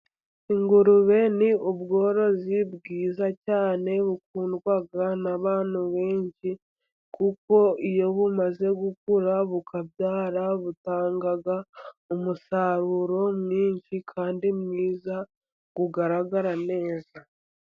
Ingurube ni ubworozi bwiza cyane bukundwa n'abantu benshi, kuko iyo bumaze gukura bukabyara butanga umusaruro mwinshi, kandi mwiza ugaragara neza.